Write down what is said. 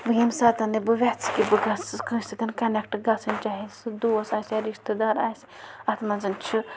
وٕ ییٚمۍ ساتَن تہِ نہٕ ٮ۪ژھٕ کہِ بہٕ گٔژھٕس کٲنٛسہِ سۭتۍ کَنٮ۪کٹ گژھٕنۍ چاہے سُہ دوس آسہِ یا رِشتہٕ دار آسہِ اَتھ منٛز چھِ